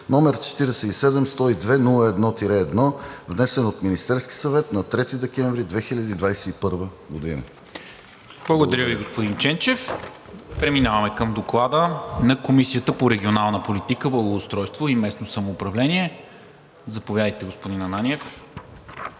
№47-102-01-1, внесен от Министерския съвет на 3 декември 2021 г.“ ПРЕДСЕДАТЕЛ НИКОЛА МИНЧЕВ: Благодаря Ви, господин Ченчев. Преминаваме към Доклада на Комисията по регионална политика, благоустройство и местно самоуправление. Заповядайте, господин Ананиев.